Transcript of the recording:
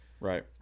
right